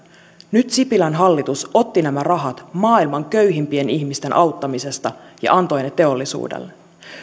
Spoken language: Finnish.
nyt sipilän hallitus otti nämä rahat maailman köyhimpien ihmisten auttamisesta ja antoi ne teollisuudelle